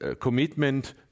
commitment